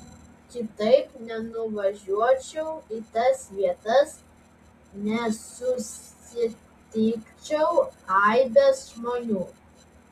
kitaip nenuvažiuočiau į tas vietas nesusitikčiau aibės žmonių